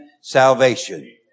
salvation